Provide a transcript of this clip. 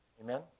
Amen